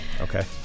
Okay